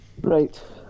Right